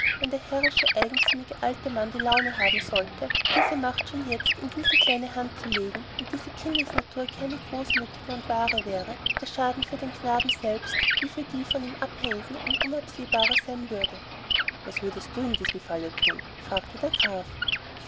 wenn der herrische eigensinnige alte mann die laune haben sollte diese macht schon jetzt in diese kleine hand zu legen und diese kindesnatur keine großmütige und wahre wäre der schaden für den knaben selbst wie für die von ihm abhängigen ein unabsehbarer sein würde was würdest du in diesem falle thun fragte der graf